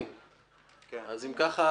אז אם ככה